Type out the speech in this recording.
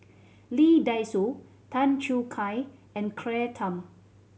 Lee Dai Soh Tan Choo Kai and Claire Tham